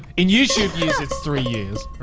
in youtube years it's three years.